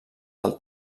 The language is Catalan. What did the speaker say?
del